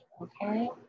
okay